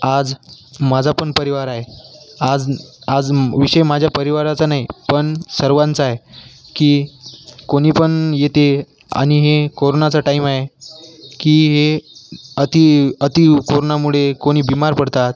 आज माझा पण परिवार आहे आज आज म विषय माझ्या परिवाराचा नाही पण सर्वांचा आहे की कोणी पण येते आणि हे कोरोनाचा टाईमाय की हे अति अति कोरोनामुळे कोणी बिमार पडतात